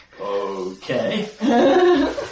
Okay